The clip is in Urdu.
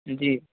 جی